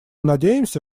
надеемся